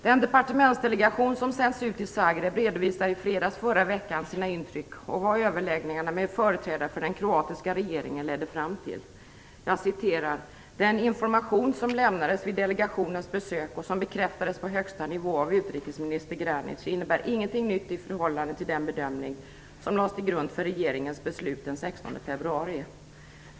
Den departementsdelegation som sänts ut till Zagreb redovisade i fredags i förra veckan sina intryck och vad överläggningarna med företrädare för den kroatiska regeringen ledde fram till: "Den information som lämnades vid delegationens besök och som bekräftades på högsta nivå av utrikesminister Granic innebär ingenting nytt i förhållande till den bedömning som lades till grund för regeringens beslut den 16 februari.